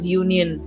union